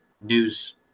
news